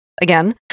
again